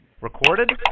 Recorded